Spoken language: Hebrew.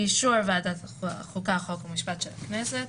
באישור ועדת חוקה חוק ומשפט של הכנסת,